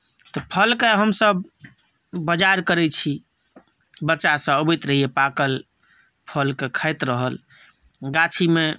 तऽ फलके हमसभ बाजार करैत छी बच्चासभ अबैत रहैए पाकल फलके खाइत रहल गाछीमे